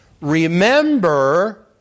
remember